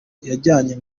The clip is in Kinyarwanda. yajyanye